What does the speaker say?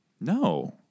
No